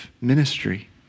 ministry